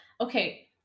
Okay